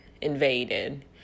invaded